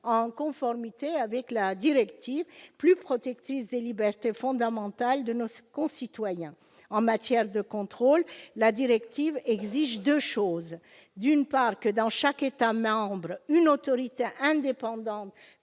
en conformité avec la directive, laquelle est plus protectrice des libertés fondamentales de nos concitoyens. En matière de contrôle, la directive contient deux exigences. D'une part, il convient que, dans chaque État membre, une autorité indépendante